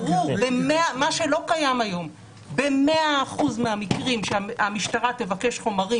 --- מה שלא קיים היום במאה אחוז מהמקרים כשהמשטרה תבקש חומרים